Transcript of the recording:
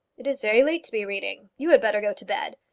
it is very late to be reading. you had better go to bed.